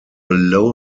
low